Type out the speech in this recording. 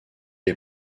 est